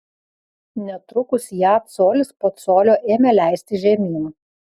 netrukus ją colis po colio ėmė leisti žemyn